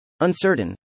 Uncertain